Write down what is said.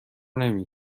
نمی